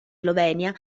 slovenia